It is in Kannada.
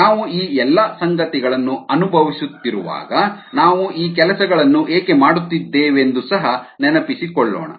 ನಾವು ಈ ಎಲ್ಲ ಸಂಗತಿಗಳನ್ನು ಅನುಭವಿಸುತ್ತಿರುವಾಗ ನಾವು ಈ ಕೆಲಸಗಳನ್ನು ಏಕೆ ಮಾಡುತ್ತಿದ್ದೇವೆಂದು ಸಹ ನೆನಪಿಸಿಕೊಳ್ಳೋಣ